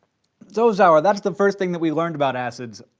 so sour, that's the first thing that we learned about acids,